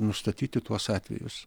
nustatyti tuos atvejus